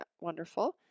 wonderful